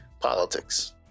politics